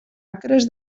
acres